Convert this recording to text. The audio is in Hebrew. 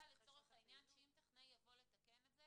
בעניין שטכנאי יבוא לתקן את זה